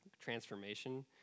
transformation